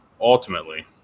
Ultimately